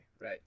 right